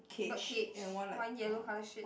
bird cage one yellow colour shit